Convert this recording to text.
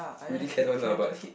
really can one lah but